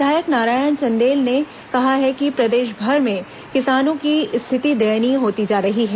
विधायक नारायण चंदेल ने कहा कि प्रदेशभर में किसानों की स्थिति दयनीय होती जा रही है